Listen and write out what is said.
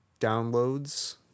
downloads